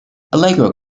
allegro